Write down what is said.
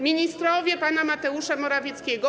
Ministrowie pana Mateusza Morawieckiego.